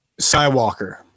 skywalker